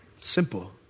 Simple